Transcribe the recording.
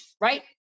right